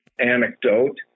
anecdote